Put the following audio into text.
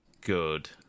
good